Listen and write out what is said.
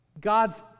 God's